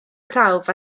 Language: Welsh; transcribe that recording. prawf